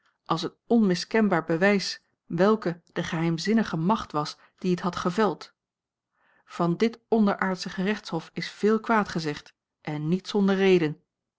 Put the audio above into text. als het onmiskenbaar bewijs welke de geheimzinnige macht was die het had geveld van dit onderaardsche gerechtshof is veel kwaad gezegd en niet zonder reden